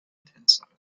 tänzerin